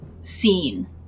seen